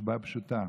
הסיבה פשוטה: